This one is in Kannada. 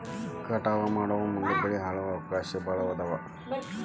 ಕಟಾವ ಮಾಡುಮುಂದ ಬೆಳಿ ಹಾಳಾಗು ಅವಕಾಶಾ ಭಾಳ ಅದಾವ